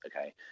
okay